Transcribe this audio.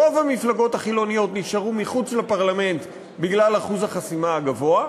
רוב המפלגות החילוניות נשארו מחוץ לפרלמנט בגלל אחוז החסימה הגבוה,